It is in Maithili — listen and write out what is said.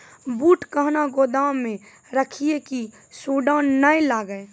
बूट कहना गोदाम मे रखिए की सुंडा नए लागे?